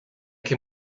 que